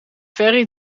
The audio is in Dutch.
ferry